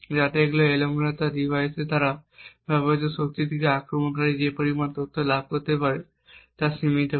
যাতে যেখানে এলোমেলোতা ডিভাইসের দ্বারা ব্যবহৃত শক্তি থেকে আক্রমণকারীর যে পরিমাণ তথ্য লাভ করতে পারে তা সীমিত করে